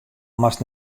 moat